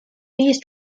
these